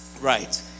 right